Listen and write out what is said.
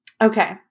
Okay